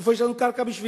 איפה יש לנו קרקע בשבילם?